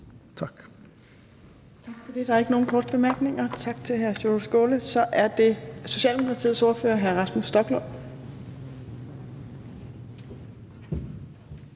Tak.